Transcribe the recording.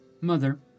Mother